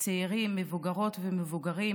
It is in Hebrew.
צעירים, מבוגרות ומבוגרים